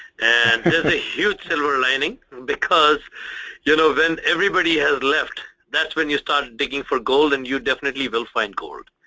and a huge silver lining because you know when everybody has left that's when you start digging for gold and you definitely will find gold.